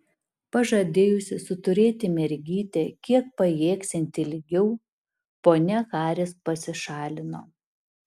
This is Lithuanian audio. pažadėjusi suturėti mergytę kiek pajėgsianti ilgiau ponia haris pasišalino